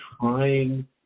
trying